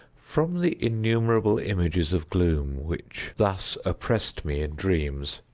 from the innumerable images of gloom which thus oppressed me in dreams,